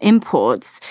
imports,